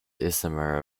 isomer